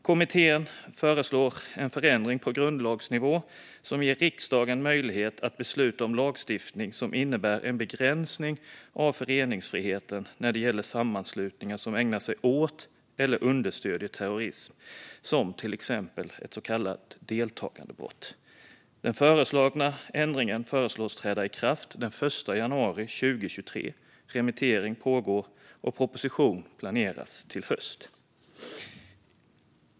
Kommittén föreslår en förändring på grundlagsnivå som ger riksdagen möjlighet att besluta om lagstiftning som innebär en begränsning av föreningsfriheten när det gäller sammanslutningar som ägnar sig åt eller understödjer terrorism, som till exempel ett så kallat deltagandebrott. Den föreslagna ändringen föreslås träda i kraft den 1 januari 2023. Remittering pågår. Proposition planeras till i höst.